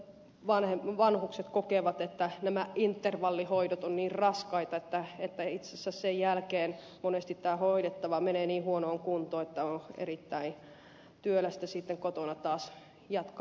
monet vanhukset kokevat että nämä intervallihoidot ovat niin raskaita että itse asiassa niiden jälkeen tämä hoidettava menee monesti niin huonoon kuntoon että on erittäin työlästä sitten kotona taas jatkaa